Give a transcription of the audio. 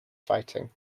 fighting